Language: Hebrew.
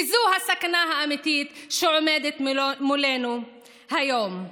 וזו הסכנה האמיתית שעומדת מולנו היום.